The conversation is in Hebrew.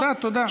תודה, תודה.